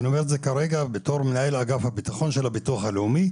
אני אומר את זה כרגע בתור מנהל אגף הביטחון של הביטוח הלאומי,